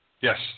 Yes